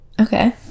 Okay